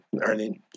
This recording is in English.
earning